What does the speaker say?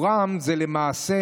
למעשה,